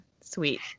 sweet